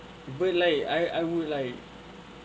but like I I would like